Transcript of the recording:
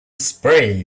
spray